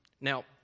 Now